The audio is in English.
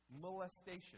molestation